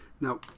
Now